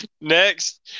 Next